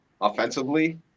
offensively